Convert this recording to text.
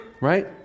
right